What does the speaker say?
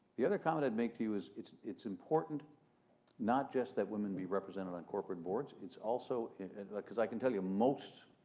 the other comment i'd make to you is it's it's iimportant not just that women be represented on corporate boards, it's also because i can tell you, most